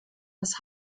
das